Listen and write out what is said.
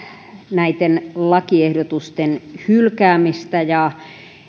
näitten lakiehdotusten hylkäämistä ja